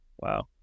Wow